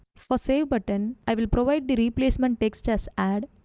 for save button. i will provide the replacement text as add,